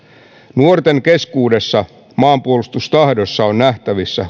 nuorten keskuudessa maanpuolustustahdossa on nähtävissä